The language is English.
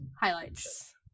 highlights